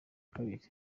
kabiri